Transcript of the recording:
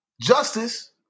justice